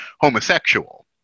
homosexual